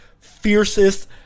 fiercest